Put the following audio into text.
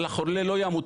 אבל החולה לא ימות,